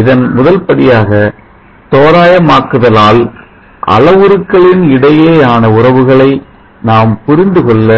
இதன் முதல்படியாக தோராயமாக்குதலால் அளவுருக்களின் இடையேயான உறவுகளை நாம் புரிந்து புரிந்துகொள்ள